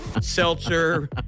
Seltzer